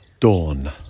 Dawn